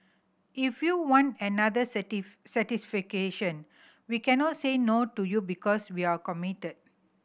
if you want another we cannot say no to you because we're committed